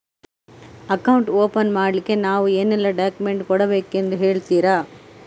Account open ಮಾಡ್ಲಿಕ್ಕೆ ನಾವು ಏನೆಲ್ಲ ಡಾಕ್ಯುಮೆಂಟ್ ಕೊಡಬೇಕೆಂದು ಹೇಳ್ತಿರಾ?